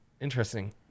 Interesting